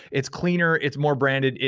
it's cleaner, it's more branded.